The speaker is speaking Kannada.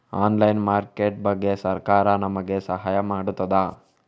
ಆನ್ಲೈನ್ ಮಾರ್ಕೆಟ್ ಬಗ್ಗೆ ಸರಕಾರ ನಮಗೆ ಸಹಾಯ ಮಾಡುತ್ತದೆ?